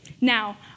Now